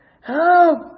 Help